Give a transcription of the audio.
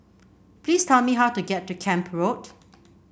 please tell me how to get to Camp Road